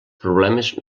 problemes